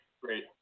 Great